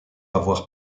avoir